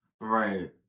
Right